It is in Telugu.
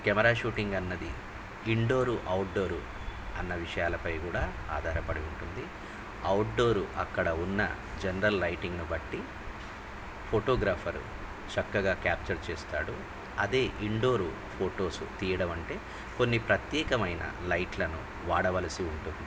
కెమెరా షూటింగ్ అన్నది ఇండోరు ఔట్డోరు అన్న విషయాలపై కూడా ఆధారపడి ఉంటుంది ఔట్డోరు అక్కడ ఉన్న జనరల్ లైటింగ్ని బట్టి ఫోటోగ్రాఫర్ చక్కగా క్యాప్చర్ చేస్తాడు అదే ఇండోరు ఫొటోసు తీయడం అంటే కొన్ని ప్రత్యేకమైన లైట్లను వాడవలసి ఉంటుంది